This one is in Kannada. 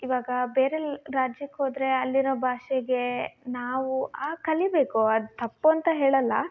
ಇವಾಗ ಬೇರೆ ರಾಜ್ಯಕ್ಕೆ ಹೋದರೆ ಅಲ್ಲಿರುವ ಭಾಷೆಗೆ ನಾವು ಕಲಿಬೇಕು ಅದು ತಪ್ಪು ಅಂತ ಹೇಳಲ್ಲ